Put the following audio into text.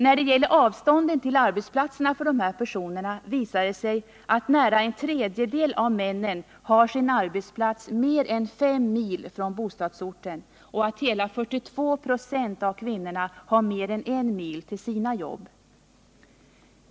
När det gäller avstånden till arbetsplatserna för de här personerna visar det sig att nära en tredjedel av männen har sin arbetsplats mer än fem mil från bostadsorten och att hela 42 ?5 av kvinnorna har mer än en mil till sina jobb.